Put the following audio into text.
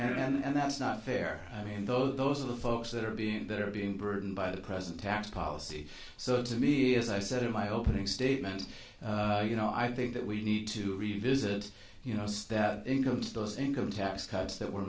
and that's not fair i mean those are the folks that are being that are being burdened by the present tax policy so to me as i said in my opening statement you know i think that we need to revisit you know us that includes those income tax cuts that were